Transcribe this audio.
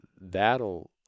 that'll